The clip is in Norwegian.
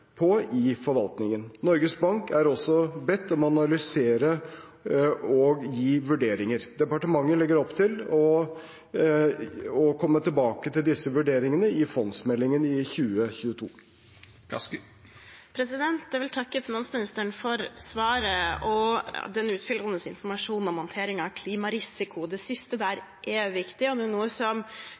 på i forvaltningen. Norges Bank er også bedt om å analysere og gi vurderinger. Departementet legger opp til å komme tilbake til disse vurderingene i fondsmeldingen for 2022. Jeg vil takke finansministeren for svaret og den utfyllende informasjonen om håndteringen av klimarisiko. Det siste er viktig, og det er noe